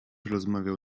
rozmawiał